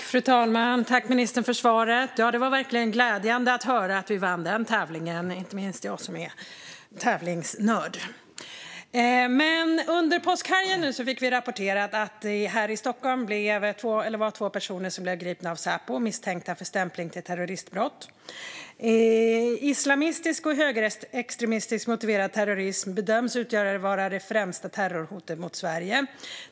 Fru talman! Tack för svaret, ministern! Det var verkligen glädjande att höra att vi vann den tävlingen, inte minst för mig som är tävlingsnörd. Under påskhelgen fick vi rapporterat att två personer blev gripna av Säpo här i Stockholm, misstänkta för stämpling till terroristbrott. Islamistisk och högerextremistiskt motiverad terrorism bedöms utgöra det främsta terrorhotet mot Sverige.